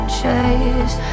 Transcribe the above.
chase